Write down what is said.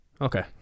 Okay